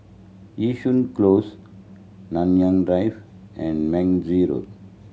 Yishun Close Manyang Drive and Road